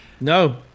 No